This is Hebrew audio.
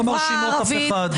--- הצעקות שלך לא מרשימות אף אחד.